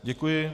Děkuji.